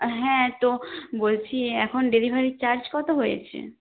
হ্যাঁ তো বলছি এখন ডেলিভারি চার্জ কত হয়েছে